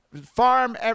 farm